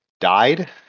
died